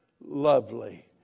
lovely